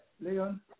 Leon